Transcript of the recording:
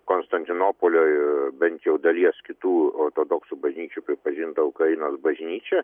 konstantinopolio ir bent jau dalies kitų ortodoksų bažnyčių pripažinta ukrainos bažnyčia